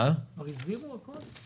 כבר הסבירו הכל?